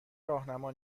راهنما